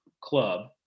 club